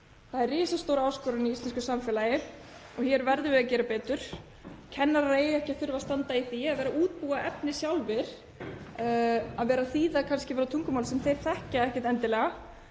Það er risastór áskorun í íslensku samfélagi og hér verðum við að gera betur. Kennarar eiga ekki að þurfa að standa í því að útbúa efni sjálfir, að vera kannski að þýða yfir á tungumál sem þeir þekkja ekki endilega,